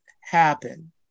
happen